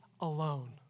alone